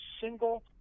single